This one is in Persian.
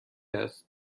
است